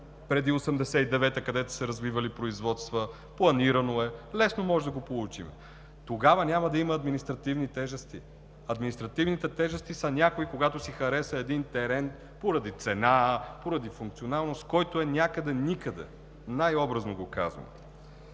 преди 1989 г., където са се развивали производства, планирано е, лесно може да го получим и тогава няма да има административни тежести. Административните тежести са когато някой си хареса един терен поради цена, поради функционалност, който е някъде… никъде, най-образно казвам.